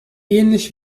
ähnlich